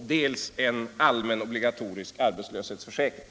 dels en allmän, obligatorisk arbetslöshetsförsäkring?